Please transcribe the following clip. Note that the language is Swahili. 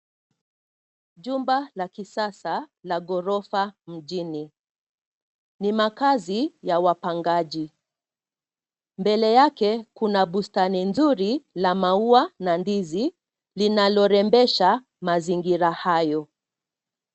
Jumba la kisasa la ghorofa mjini. Ni makazi ya wapangaji, mbele yake kuna bustani nzuri la maua na ndizi linalorembesha mazingira hayo.